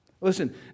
Listen